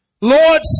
Lord